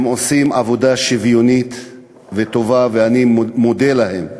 הם עושים עבודה שוויונית וטובה, ואני מודה להם.